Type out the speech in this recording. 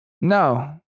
No